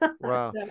Wow